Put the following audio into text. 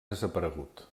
desaparegut